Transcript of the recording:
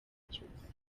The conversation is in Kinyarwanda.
cyose